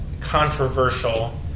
controversial